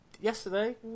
yesterday